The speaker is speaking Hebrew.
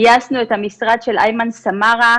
גייסנו את המשרד של אימן סמארה,